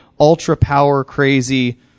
ultra-power-crazy